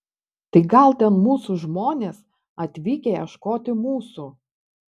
tai gal ten mūsų žmonės atvykę ieškoti mūsų